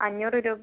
അഞ്ഞൂറ് രൂ